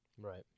Right